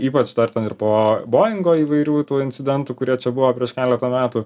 ypač dar ten ir po boengo įvairių tų incidentų kurie čia prieš keletą metų